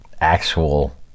actual